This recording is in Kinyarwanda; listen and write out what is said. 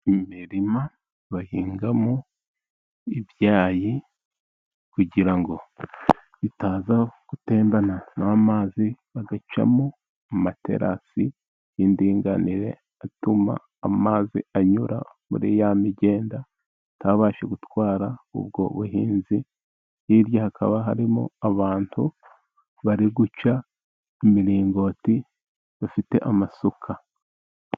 Imirima bahingamo ibyayi kugira ngo bitaza gutembanwa n'amazi, bagacamo amaterasi y'indinganire, atuma amazi anyura muri ya migende atabasha gutwara ubwo buhinzi. Hirya hakaba harimo abantu bari guca imiringoti bafite amasuka.